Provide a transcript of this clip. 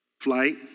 flight